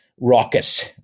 Raucous